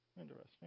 Interesting